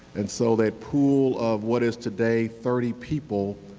and so the pool of what is today thirty people,